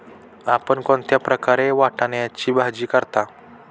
आपण कोणत्या प्रकारे वाटाण्याची भाजी करता?